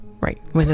right